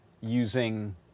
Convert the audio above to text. using